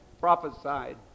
prophesied